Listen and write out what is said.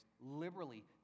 liberally